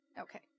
Okay